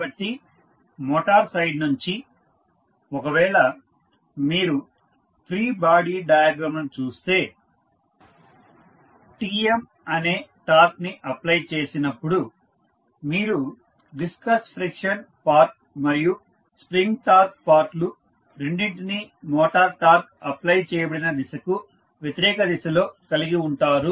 కాబట్టి motor side నుంచి ఒకవేళ మీరు ఫ్రీ బాడీ డయాగ్రమ్ లను చూస్తే Tm అనే టార్క్ ని అప్ప్లై చేసినప్పుడు మీరు విస్కస్ ఫ్రిక్షన్ పార్ట్ మరియు స్ప్రింగ్ టార్క్ పార్ట్ లు రెండింటిని మోటార్ టార్క్ అప్ప్లై చేయబడిన దిశకు వ్యతిరేకదిశలో కలిగి ఉంటారు